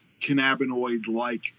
cannabinoid-like